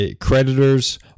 creditors